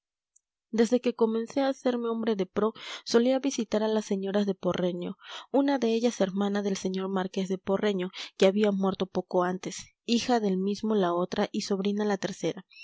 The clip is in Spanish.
desde que comencé a hacerme hombre de pro solía visitar a las señoras de porreño una de ellas hermana del señor marqués de porreño que había muerto poco antes hija del mismo la otra y sobrina la tercera